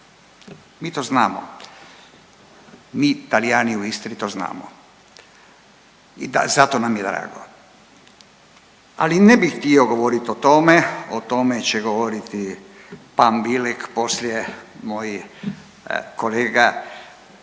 Mi to znamo. Mi Talijani u Istri to znamo i zato nam je drago. Ali ne bih htio govorit o tome, o tome će govoriti …/Govornik se ne